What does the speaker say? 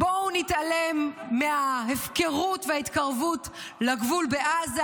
בואו נתעלם מההפקרות וההתקרבות לגבול בעזה.